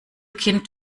kind